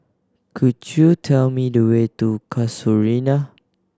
could you tell me the way to Casuarina